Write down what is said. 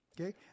okay